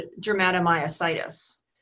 dermatomyositis